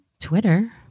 Twitter